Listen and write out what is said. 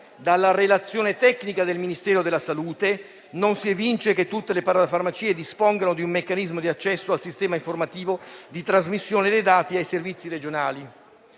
dalla relazione tecnica del Ministero della salute non si evince che tutte le parafarmacie dispongono di un meccanismo di accesso al sistema informativo di trasmissione dei dati ai servizi regionali.